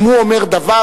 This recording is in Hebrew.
אם הוא אומר דבר,